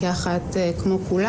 כחלק